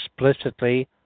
explicitly